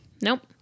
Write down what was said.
Nope